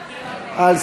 הסתייגויות שמבקשות הפחתה.